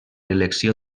elecció